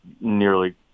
nearly